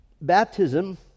Baptism